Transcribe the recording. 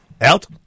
Out